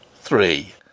three